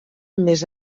més